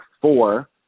four